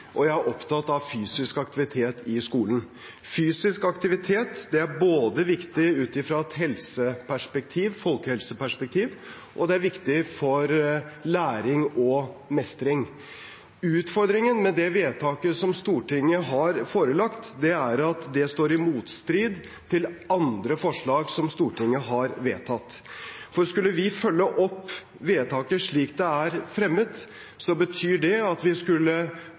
og jeg er opptatt av fysisk aktivitet i skolen. Fysisk aktivitet er viktig ut fra et folkehelseperspektiv, og det er viktig for læring og mestring. Utfordringen med det vedtaket som Stortinget har forelagt, er at det står i motstrid til andre forslag som Stortinget har vedtatt. Skulle vi følge opp vedtaket slik det er fremmet, betyr det at vi skulle